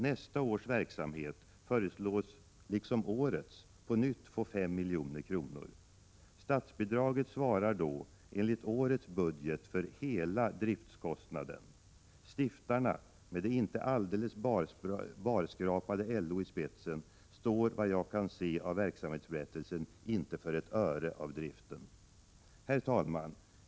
Nästa års verksamhet föreslås liksom årets på nytt få 5 milj.kr. Statsbidraget svarar då enligt årets budget för hela driftskostnaden. Stiftarna med det inte alldeles barskrapade LO i spetsen står, vad jag kan se av verksamhetsberättelsen, inte för ett öre av driften. Herr talman!